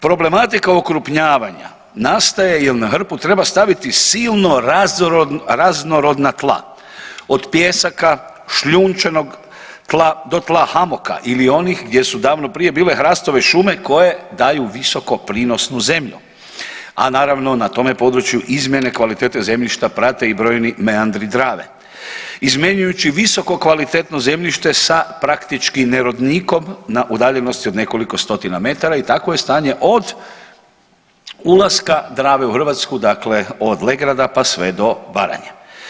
Problematika okrupnjavanja nastaje jer na hrpu treba staviti silno raznorodna tla od pijesaka, šljunčanog tla do tla hamoka ili onih gdje su davno prije bile hrastove šume koje daju visokoprinosnu zemlju, a naravno na tome području izmjene kvalitete zemljišta prate i brojni meandri Drave izmjenjujući visokokvalitetno zemljište sa praktički nerodnikom na udaljenosti od nekoliko stotina metara i takvo je stanje od ulaske Drave u Hrvatsku, dakle od Legrada pa sve do Baranje.